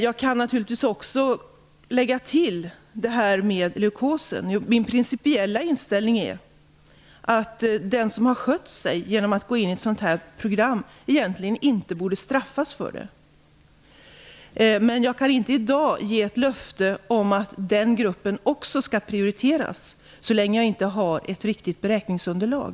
Jag kan naturligtvis också lägga till det här med leukos. Min principiella inställning är att den som har skött sig genom att gå in i ett sådant här program egentligen inte borde straffas för det. Men jag kan inte i dag ge ett löfte om att den gruppen också skall prioriteras, så länge jag inte har ett riktigt beräkningsunderlag.